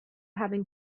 having